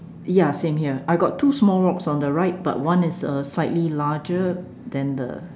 ya same here I got two small rocks on the right but one is uh slightly larger than the